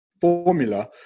formula